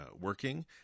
working